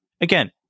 Again